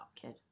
kid